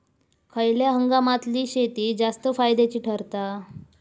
खयल्या हंगामातली शेती जास्त फायद्याची ठरता?